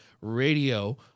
Radio